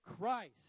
Christ